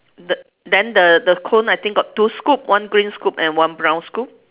th~ then the the cone I think got two scoop one green scoop and one brown scoop